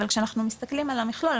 אבל כשאנחנו מסתכלים על המכלול,